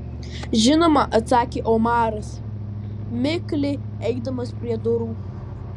žinoma atsakė omaras mikliai eidamas prie durų